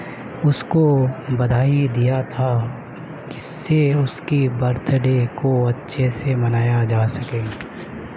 اس کو بدھائی دیا تھا جس سے اس کی برتھ ڈے کو اچھے سے منایا جا سکے